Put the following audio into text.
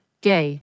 Gay